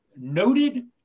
noted